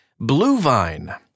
Bluevine